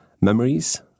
memories